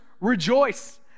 rejoice